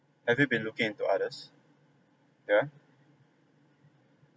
have you been looking to others ya